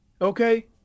Okay